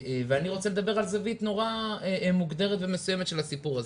ואני רוצה לדבר על זווית נורא מוגדרת ומסוימת של הסיפור הזה.